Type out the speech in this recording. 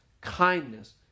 Kindness